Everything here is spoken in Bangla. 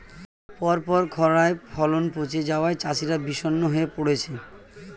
পরপর খড়ায় ফলন পচে যাওয়ায় চাষিরা বিষণ্ণ হয়ে পরেছে